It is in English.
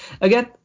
Again